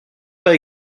pas